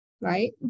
right